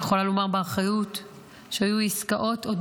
אני יכולה לומר באחריות שהיו עסקאות עוד